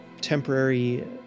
temporary